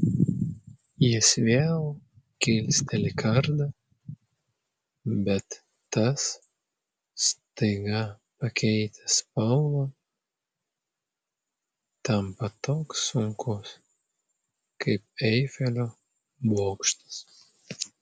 jis vėl kilsteli kardą bet tas staiga pakeitęs spalvą tampa toks sunkus kaip eifelio bokštas